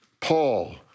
Paul